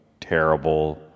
terrible